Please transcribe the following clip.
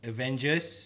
Avengers